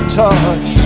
touch